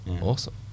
awesome